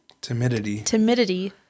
timidity